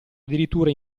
addirittura